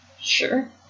Sure